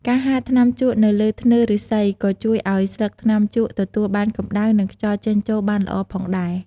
ការហាលថ្នាំជក់នៅលើធ្នើរឬស្សី ក៏ជួយអោយស្លឹកថ្នាំជក់ទទួលបានកម្ដៅ និងខ្យល់ចេញចូលបានល្អផងដែរ។